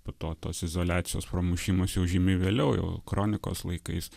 po to tos izoliacijos pramušimas jau žymiai vėliau jau kronikos laikais